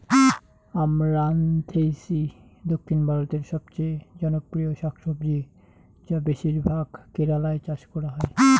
আমরান্থেইসি দক্ষিণ ভারতের সবচেয়ে জনপ্রিয় শাকসবজি যা বেশিরভাগ কেরালায় চাষ করা হয়